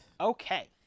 Okay